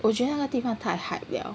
我觉得那个地方太 hype liao